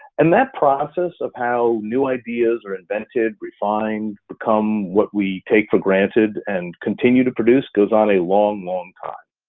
and that process of how new ideas are invented, refined, become what we take for granted and continue to produce goes on a long, long time.